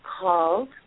called